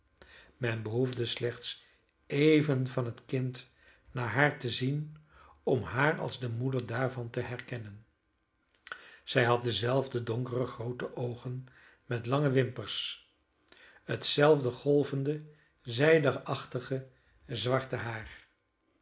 men behoefde slechts even van het kind naar haar te zien om haar als de moeder daarvan te herkennen zij had dezelfde donkere groote oogen met lange wimpers hetzelfde golvende zijdeachtige zwarte haar